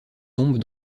tombes